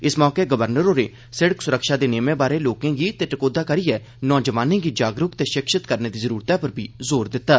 इस मौके गवर्नर होरें सड़क सुरक्षा दे नियमें बारै लोकें गी टकोहदा करियै नौजवानें गी जागरूक ते षिक्षित करने दी जरूरतै पर बी जोर दित्ता